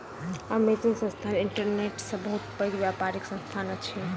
Amazon संस्थान internet के बहुत पैघ व्यापारिक संस्थान अछि